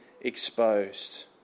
exposed